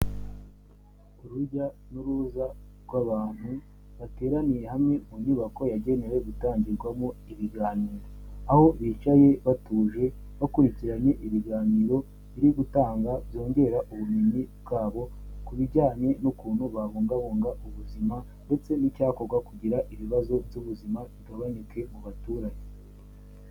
Urujya n'uruza rw'abantu bateraniye hamwe mu nyubako yagenewe gutangirwamo ibiganiro, aho bicaye batuje bakurikiranye ibiganiro biri gutanga byongera ubumenyi bwabo ku bijyanye n'ukuntu babungabunga ubuzima ndetse n'icyakorwa kugira ngo ibibazo by'ubuzima bigabanuke ku baturage.